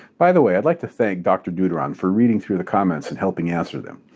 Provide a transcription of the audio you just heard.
by the way, i'd like to thank dr. deuteron for reading through the comments and helping answer them.